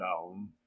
down